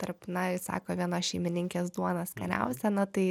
tarp na jei sako vienos šeimininkės duona skaniausia na tai